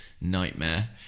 nightmare